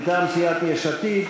מטעם סיעת יש עתיד,